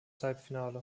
halbfinale